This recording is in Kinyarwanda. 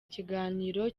ikiganiro